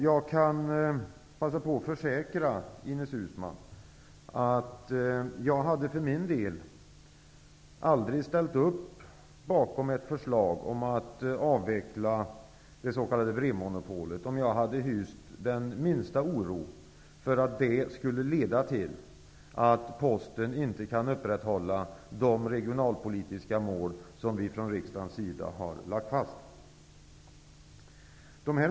Jag kan passa på att försäkra Inez Uusmann att jag hade för min del aldrig ställt upp bakom ett förslag om att avveckla det s.k. brevmonopolet, om jag hade hyst den minsta oro för att det skulle leda till att Posten inte kan klara de regionalpolitiska mål som vi från riksdagens sida har lagt fast.